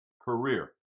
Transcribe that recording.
career